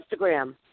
Instagram